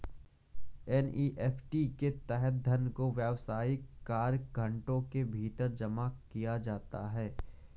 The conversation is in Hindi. एन.ई.एफ.टी के तहत धन दो व्यावसायिक कार्य घंटों के भीतर जमा किया जाता है